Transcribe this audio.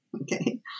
Okay